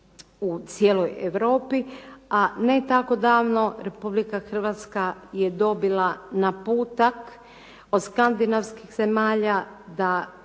u cijeloj Europi, a ne tako davno Republika Hrvatska je dobila naputak od skandinavskih zemalja da